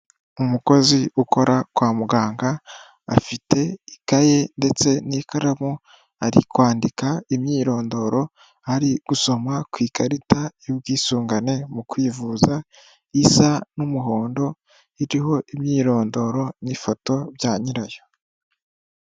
Umukozi ukora kwa muganga afite ikaye ndetse n'ikaramu ari kwandika imyirondoro ari gusoma ku ikarita y'ubwisungane mu kwivuza isa n'umuhondo iriho imyirondoro n'ifoto bya nyirayo.